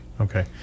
okay